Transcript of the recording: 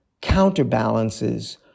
counterbalances